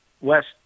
West